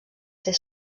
ser